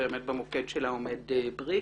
במוקד הישיבה היום עומד דוח בריק.